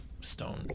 stone